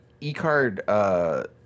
E-card